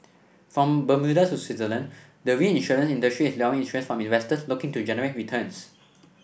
from Bermuda to Switzerland the reinsurance industry is luring interest from investors looking to generate returns